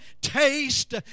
taste